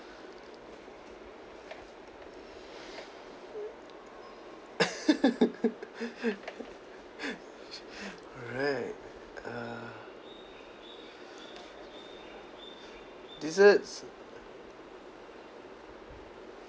alright uh desserts